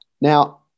Now